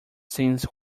since